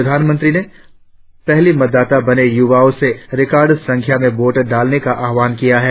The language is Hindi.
प्रधानमंत्री ने पहली मतदाता बने युवाओं से रिकॉर्ड संख्या में वोट डालने का आह्वान किया है